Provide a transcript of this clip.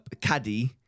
caddy